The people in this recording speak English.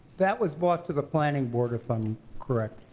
that was brought to the planning board if i'm correct.